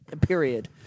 Period